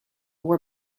war